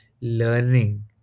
learning